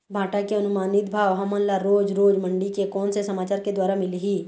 भांटा के अनुमानित भाव हमन ला रोज रोज मंडी से कोन से समाचार के द्वारा मिलही?